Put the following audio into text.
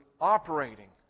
operating